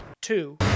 two